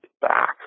back